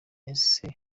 ese